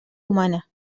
humana